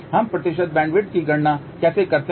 हम प्रतिशत बैंडविड्थ की गणना कैसे करते हैं